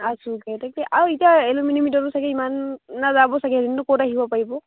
আৰু এতিয়া এলোমিনি মিটৰ চাগে ইমান নাযাব চাগে ক'ত আহিব পাৰিব